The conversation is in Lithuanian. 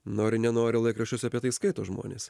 nori nenori laikraščiuose apie tai skaito žmonės